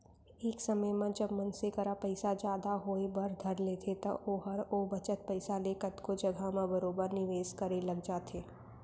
एक समे म जब मनसे करा पइसा जादा होय बर धर लेथे त ओहर ओ बचत पइसा ले कतको जघा म बरोबर निवेस करे लग जाथे